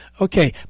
Okay